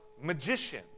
magician